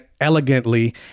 elegantly